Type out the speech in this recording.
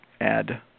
add